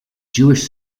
jewish